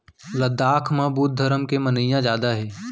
लद्दाख म बुद्ध धरम के मनइया जादा हे